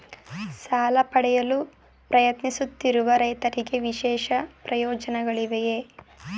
ಸಾಲ ಪಡೆಯಲು ಪ್ರಯತ್ನಿಸುತ್ತಿರುವ ರೈತರಿಗೆ ವಿಶೇಷ ಪ್ರಯೋಜನಗಳಿವೆಯೇ?